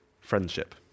friendship